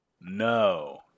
no